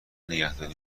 نگهداری